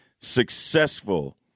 successful